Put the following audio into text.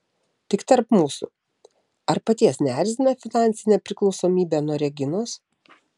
tik tarp mūsų ar paties neerzina finansinė priklausomybė nuo reginos